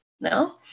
No